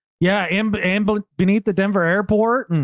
yeah, an but ambulance beneath the denver airport,